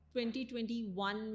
2021